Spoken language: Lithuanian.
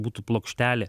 būtų plokštelė